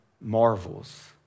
marvels